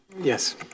yes